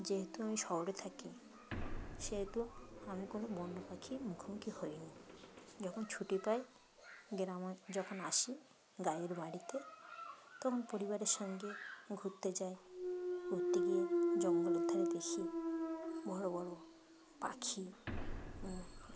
যেহেতু আমি শহরে থাকি সেহেতু আমি কোনো বন্য পাখি মুখোমুখি হইনি যখন ছুটি পাই গ্রামে যখন আসি গায়ের বাড়িতে তখন পরিবারের সঙ্গে ঘুরতে যাই ঘুরতে গিয়ে জঙ্গলের ধারে দেখি বড়ো বড়ো পাখি